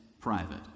private